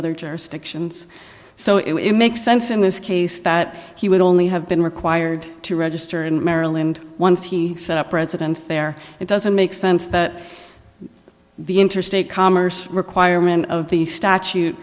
so it makes sense in this case that he would only have been required to register in maryland once he set up residence there it doesn't make sense that the interstate commerce requirement of the statute